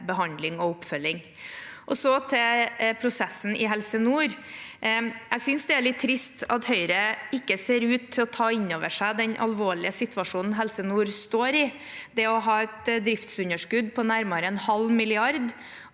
behandling og oppfølging. Så til prosessen i Helse nord: Jeg synes det er litt trist at Høyre ikke ser ut til å ta inn over seg den alvorlige situasjonen Helse nord står i. Det å ha et driftsunderskudd på nærmere en halv milliard